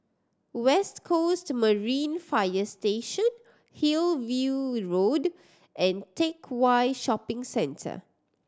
West Coast Marine Fire Station Hillview Road and Teck Whye Shopping Centre